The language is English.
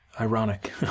ironic